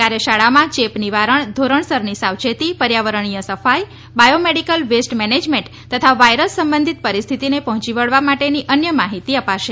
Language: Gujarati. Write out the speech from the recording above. કાર્યશાળામાં ચેપ નિવારણ ધોરણસરની સાવચેતી પર્યાવરણીય સફાઈ બાયોમેડિકલ વેસ્ટ મેનેજમેન્ટ તથા વાયરસ સંબંધિત પરિસ્થિતિને પહોંચી વળવા માટેની અન્ય માહિતી આપશે